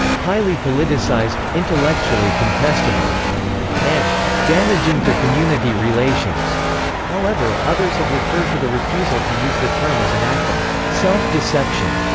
highly politicized, intellectually contestable and damaging to community relations however, others have referred to the refusal to use the term as an act of self-deception,